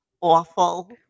awful